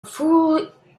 fool